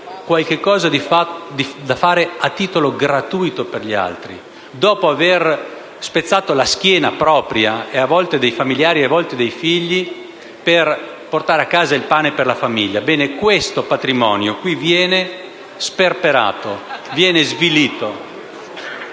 qualcosa da fare a titolo gratuito per gli altri, dopo aver spezzato la schiena propria - e a volte quella dei familiari e dei figli - per portare a casa il pane per i propri cari. Ebbene, questo patrimonio qui viene sperperato, svilito.